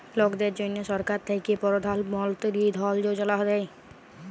লকদের জ্যনহে সরকার থ্যাকে পরধাল মলতিরি ধল যোজলা দেই